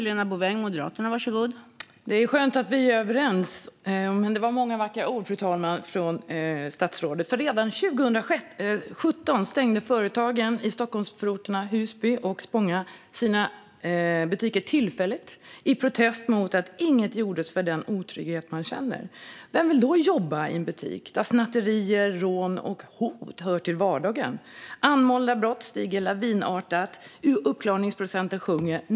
Fru talman! Det är skönt att vi är överens, men det var många vackra ord här från statsrådet. Redan 2017 stängde företagen i Stockholmsförorterna Husby och Spånga sina butiker tillfälligt i protest mot att inget gjordes för att komma till rätta med den otrygghet man känner. Vem vill jobba i en butik där snatterier, rån och hot hör till vardagen? Antalet anmälda brott stiger lavinartat och uppklaringsprocenten sjunker.